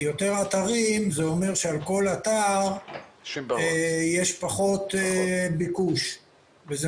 כי יותר אתרים זה אומר שבכל אתר יש פחות ביקוש וזה